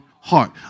heart